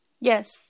Yes